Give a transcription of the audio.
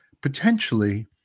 Potentially